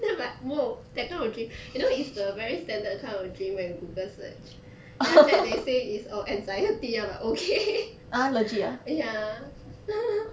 then I'm like !whoa! that kind of dream you know is the very standard kind of dream when you google search then after that they say is eh anxiety I'm like okay ya